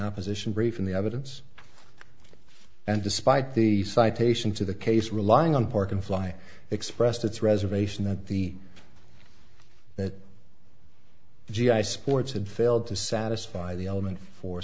opposition brief in the evidence and despite the citation to the case relying on park and fly expressed its reservation that the that g i sports had failed to satisfy the element for